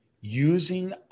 Using